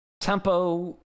Tempo